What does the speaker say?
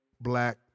black